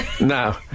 No